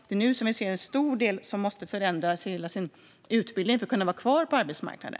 Det är nu som vi ser att många måste förändra sin utbildning för att kunna vara kvar på arbetsmarknaden.